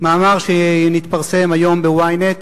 מאמר שהתפרסם היום ב-Ynet,